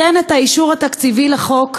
תן את האישור התקציבי לחוק,